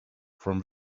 from